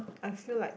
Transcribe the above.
I feel like